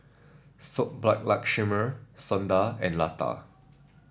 Subbulakshmi Sundar and Lata